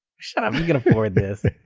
shut up, you can't afford this